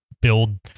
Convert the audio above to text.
build